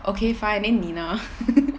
okay fine then 你呢